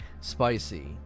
spicy